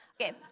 Okay